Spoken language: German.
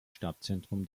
stadtzentrum